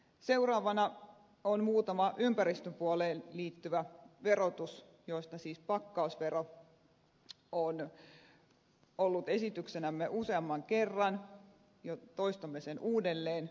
seuraavana on muutama ympäristöpuoleen liittyvä verotus joista siis pakkausvero on ollut esityksenämme useamman kerran ja toistamme sen uudelleen